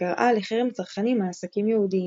וקראה לחרם צרכנים על עסקים יהודיים.